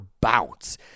bounce